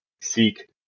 seek